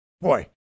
Boy